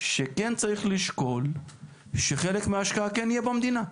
שכן צריך לשקול שחלק מההשקעה כן תהיה במדינה.